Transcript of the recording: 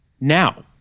Now